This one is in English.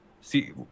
see